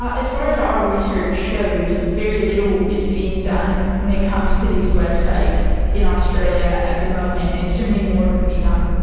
ah as far as our research shows, very little is being done when it comes to these websites in australia at the moment, and certainly more could be done.